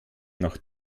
nach